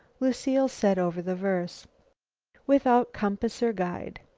lucile said over the verse without compass or guide.